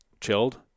chilled